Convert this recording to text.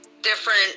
different